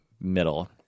middle